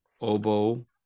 Oboe